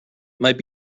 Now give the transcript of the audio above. might